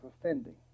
offending